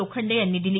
लोखंडे यांनी दिली